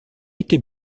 était